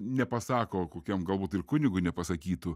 nepasako kokiam galbūt ir kunigui nepasakytų